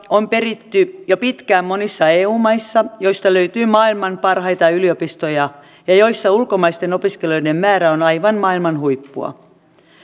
on peritty jo pitkään monissa eu maissa joista löytyy maailman parhaita yliopistoja ja joissa ulkomaisten opiskelijoiden määrä on aivan maailman huippua